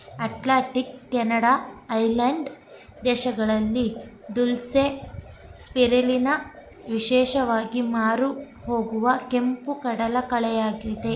Atlantic, Canada, Ireland ದೇಶಗಳಲ್ಲಿ dulse, spirulina ವಿಶೇಷವಾಗಿ ಮಾರುಹೋಗುವ ಕೆಂಪು ಕಡಲಕಳೆಯಾಗಿದೆ